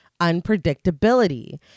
unpredictability